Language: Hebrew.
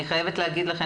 אני חייבת להגיד לך,